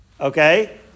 okay